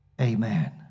Amen